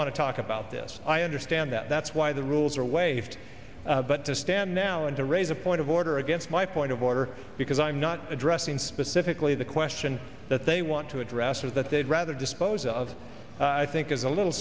want to talk about this i understand that that's why the rules are waived but to stand now and to raise a point of order against my point of order because i'm not addressing specifically the question that they want to address or that they'd rather dispose of i think is a little